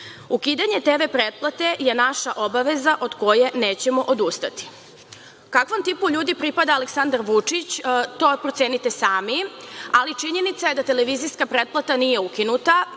Ukidanje TV pretplate je naša obaveza od koje nećemo odustati.“Kakvom tipu ljudi pripada Aleksandar Vučić to procenite sami, ali činjenica je da televizijska pretplata nije ukinuta,